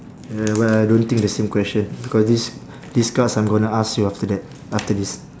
ya but I don't think the same question because these these cards I'm gonna ask you after that after this